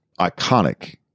iconic